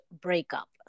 breakup